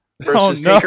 versus